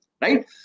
right